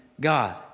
God